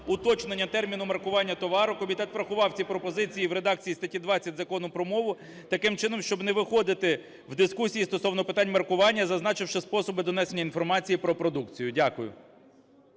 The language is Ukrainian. уточнення терміну маркування товару. Комітет врахував ці пропозиції в редакції статті 20 Закону про мову таким чином, щоб не виходити в дискусії стосовно питань маркування, зазначивши способи донесення інформації про продукцію. Дякую.